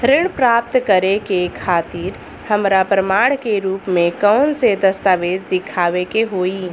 ऋण प्राप्त करे के खातिर हमरा प्रमाण के रूप में कउन से दस्तावेज़ दिखावे के होइ?